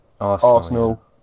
Arsenal